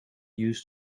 used